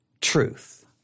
truth